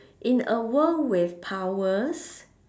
in a world with powers